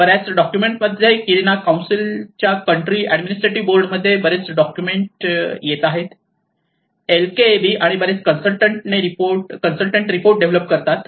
बर्याच डॉक्युमेंट मध्ये किरीना कौन्सिलच्या कंट्री अॅडमिनिस्ट्रेटिव बोर्डमध्ये बरेच डॉक्युमेंट येत आहेत एलकेएबी आणि बरेच कन्सल्टंट रिपोर्ट डेव्हलप करतात